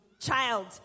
Child